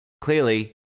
clearly